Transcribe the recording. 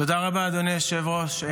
תודה רבה, אדוני היושב-ראש.